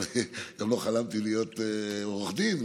גם לא חלמתי להיות עורך דין,